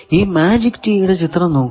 ഈ magic tea യുടെ ചിത്രം നോക്കുക